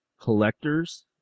collectors